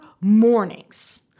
mornings